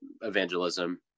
evangelism